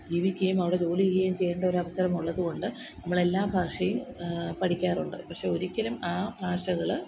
ജീവിക്കുകയും അവിടെ ജോലി ചെയ്യുകയും ചെയ്യണ്ടൊരവസരമുള്ളത് കൊണ്ട് നമ്മളെല്ലാ ഭാഷയും പഠിക്കാറുണ്ട് പക്ഷേ ഒരിക്കലും ആ ഭാഷകള്